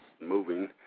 moving